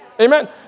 Amen